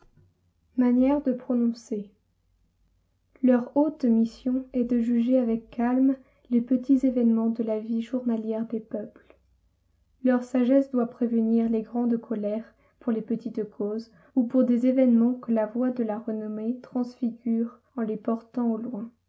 manière de prononcer leur haute mission est de juger avec calme les petits événements de la vie journalière des peuples leur sagesse doit prévenir les grandes colères pour les petites causes ou pour des événements que la voix de la renommée transfigure en les portant au loin